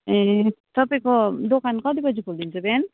ए तपाईँको दोकान कति बजी खोलिन्छ बिहान